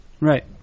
Right